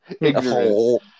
ignorant